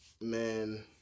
Man